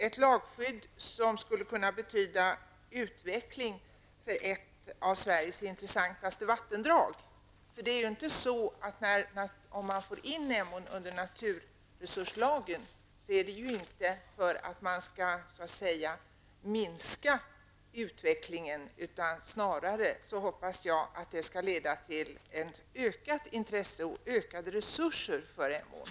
Ett lagskydd skulle kunna betyda utveckling för ett av Sveriges intressantaste vattendrag. Om man för in Emån under naturresurslagen, är det inte för att hindra utvecklingen. Jag hoppas i stället att det skall leda till ett ökat intresse och ökade resurser för Emån.